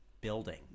building